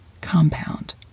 Compound